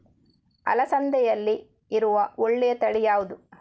ಅಲಸಂದೆಯಲ್ಲಿರುವ ಒಳ್ಳೆಯ ತಳಿ ಯಾವ್ದು?